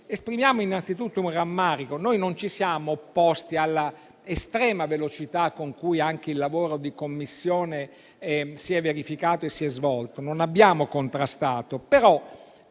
esprimiamo però innanzitutto un rammarico: non ci siamo opposti all'estrema velocità con cui anche il lavoro di Commissione si è svolto, non lo abbiamo contrastato, però